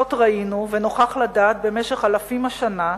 כזאת ראינו ונוכח לדעת במשך אלפים השנה,